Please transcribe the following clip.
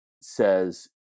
says